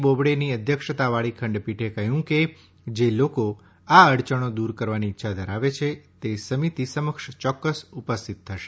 બોબડેની અધ્યક્ષતાવાળી ખંડપીઠે કહ્યું કે જે લોકો આ અડચણો દૂર કરવાની ઇચ્છા ધરાવે છે તે સમીતી સમક્ષ ચોક્કસ ઉપસ્થિત થશે